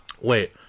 wait